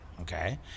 okay